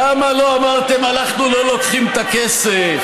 למה לא אמרתם אנחנו לא לוקחים את הכסף?